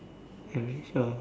I don't think so